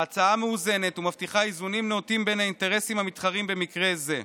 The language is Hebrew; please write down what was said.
ההצעה מאוזנת ומבטיחה איזונים נאותים בין האינטרסים המתחרים במקרה זה.